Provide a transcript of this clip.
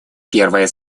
первое